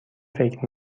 فکر